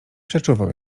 przeczuwał